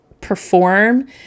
perform